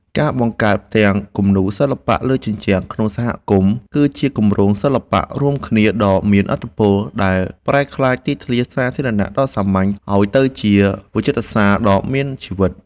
ការបង្កើតផ្ទាំងគំនូរសិល្បៈលើជញ្ជាំងក្នុងសហគមន៍ គឺជាគម្រោងសិល្បៈរួមគ្នាដ៏មានឥទ្ធិពល ដែលប្រែក្លាយទីធ្លាសាធារណៈដ៏សាមញ្ញឱ្យទៅជាវិចិត្រសាលដ៏មានជីវិត។